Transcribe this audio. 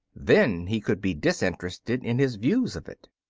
then he could be disinterested in his views of it.